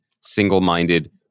single-minded